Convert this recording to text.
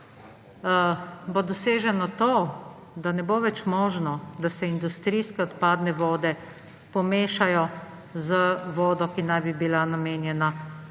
bo doseženo to, da ne bo več možno, da se industrijske odpadne vode pomešajo z vodo, ki naj bi bila pitna,